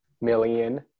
million